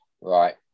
Right